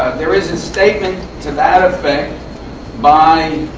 there is a statement to that effect by